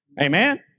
Amen